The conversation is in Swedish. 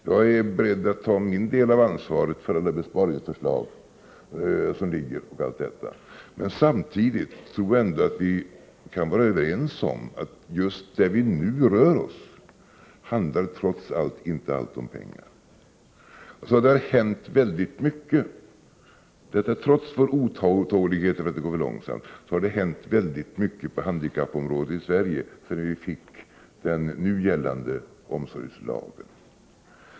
Jag är beredd att ta min del av ansvaret för alla besparingsförslag. Men samtidigt tror jag ändå att vi kan vara överens om att just där vi nu rör oss handlar trots allt inte allt om pengar. Trots vår otålighet över att det går för långsamt har det alltså hänt mycket på handikappområdet i Sverige sedan vi fick den nu gällande omsorgslagen.